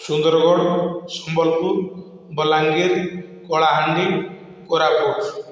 Sundargarh Sambalpur Balangir Kalahandi Koraput